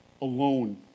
Alone